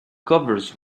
covers